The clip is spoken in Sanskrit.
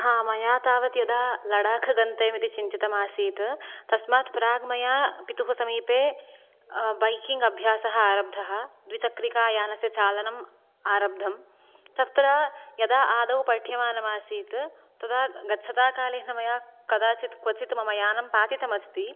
मया तावद् यदा लडाख् गन्तव्यमिति चिन्तितमासीत् तस्मात् प्राक् मया पितुः समीपे बैकिङ्ग् अभ्यासः आरब्धः द्विचक्रिकायानस्य चालनम् आरब्धम् तत्र यदा अदौ पठ्यमानमासीत् तदा गच्छताकालेन मया कदाचित् क्वचित् मम यानं पातितमस्ति